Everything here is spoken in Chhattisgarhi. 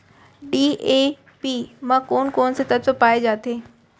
डी.ए.पी म कोन कोन से तत्व पाए जाथे?